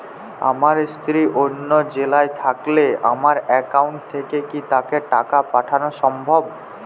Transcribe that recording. আমার স্ত্রী অন্য জেলায় থাকলে আমার অ্যাকাউন্ট থেকে কি তাকে টাকা পাঠানো সম্ভব?